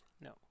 No